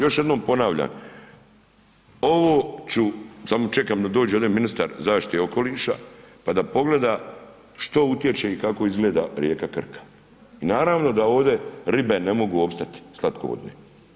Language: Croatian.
Još jednom ponavljam, ovo ću, samo čekam da dođe ovdje ministar zaštite i okoliša, pa da pogleda što utječe i kako izgleda rijeka Krka i naravno da ovdje ribe ne mogu opstati, slatkovodne.